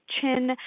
chin